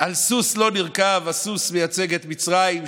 על סוס לא נרכב" הסוס מייצג את מצרים,